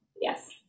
yes